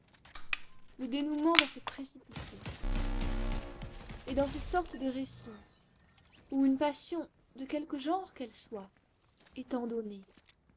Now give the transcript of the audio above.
le dénoûment va se précipiter et dans ces sortes de récits où une passion de quelque genre qu'elle soit étant donnée